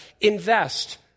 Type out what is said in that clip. invest